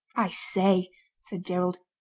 i say said gerald,